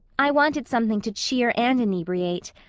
i wanted something to cheer and inebriate.